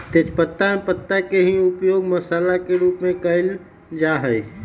तेजपत्तवा में पत्ता के ही उपयोग मसाला के रूप में कइल जा हई